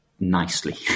nicely